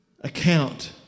account